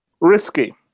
risky